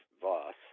Voss